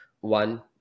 one